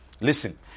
Listen